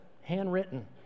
handwritten